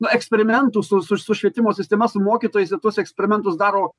nu eksperimentų su su su švietimo sistema su mokytojais ir tuos eksperimentus daro